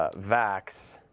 ah vax,